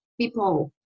People